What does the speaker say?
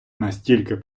настільки